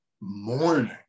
morning